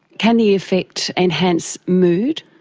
can the effect enhance mood?